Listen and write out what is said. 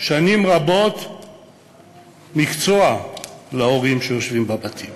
שנים רבות מקצוע את ההורים שיושבים בבתים.